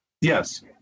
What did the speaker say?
yes